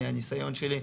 מהניסיון שלי,